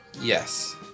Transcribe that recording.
Yes